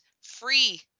free